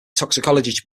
toxicology